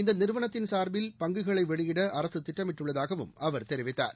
இந்தநிறுவனத்தின் சார்பில் பங்குகளைவெளியிடஅரசுதிட்டமிட்டுள்ளதாகவும் அவர் தெரிவித்தார்